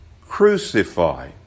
Crucify